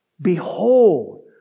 behold